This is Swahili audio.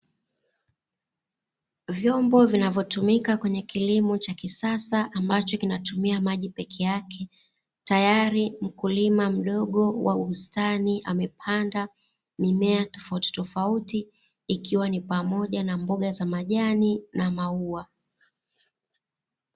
Vyombo vinavyotumika kwenye kilimo cha kisasa ambacho kinatumia maji peke yake, tayari mkulima mdogo wa bustani amepanda mimea tofautitofauti, ikiwa ni pamoja na mboga za majani na maua.